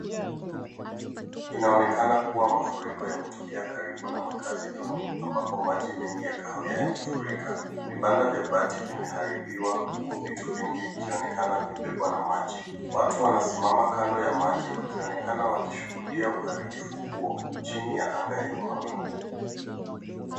Inaonekana kuwa mafuriko yametokea karibu na makazi duni ambapo maji mengi ya kahawia yamefurika. Vibanda vya bati vimeharibiwa huku vitu vingi vikionekana vimebebwa na maji. Watu wanasimama kando ya maji wakionekana wakishuhudia uharibifu huo chini ya anga yenye mawingu.